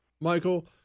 Michael